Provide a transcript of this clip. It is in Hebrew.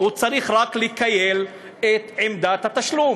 הוא צריך רק לכייל את עמדת התשלום,